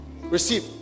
Receive